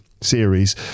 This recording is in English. series